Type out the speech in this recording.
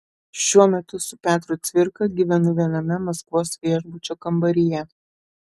šiuo metu su petru cvirka gyvenu viename maskvos viešbučio kambaryje